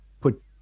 put